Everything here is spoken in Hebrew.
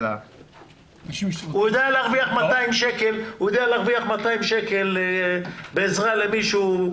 הוא יודע להרוויח 200 שקל בעזרה למישהו.